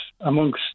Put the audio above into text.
amongst